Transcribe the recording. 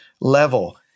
level